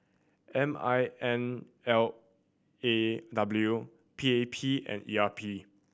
M I N L A W P A P and E R P